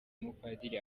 umupadiri